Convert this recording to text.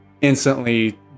instantly